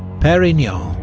perignon.